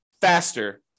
faster